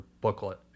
booklet